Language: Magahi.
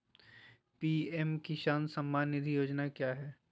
पी.एम किसान सम्मान निधि योजना क्या है?